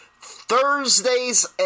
Thursdays